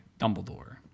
Dumbledore